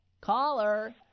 Caller